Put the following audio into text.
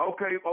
Okay